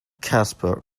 casper